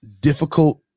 difficult